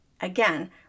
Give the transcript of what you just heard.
Again